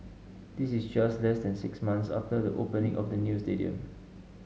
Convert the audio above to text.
this is just less than six months after the opening of the new stadium